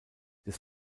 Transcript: des